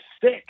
sick